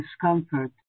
discomfort